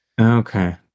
Okay